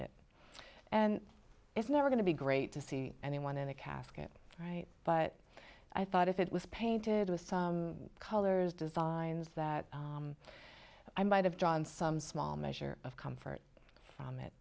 it and it's never going to be great to see anyone in a casket right but i thought if it was painted with some colors designs that i might have drawn some small measure of comfort from it